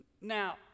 Now